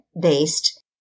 based